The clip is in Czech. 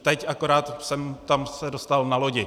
Teď akorát jsem se tam dostal na lodi.